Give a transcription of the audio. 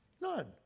None